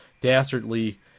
dastardly